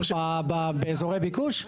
באזורי ביקוש?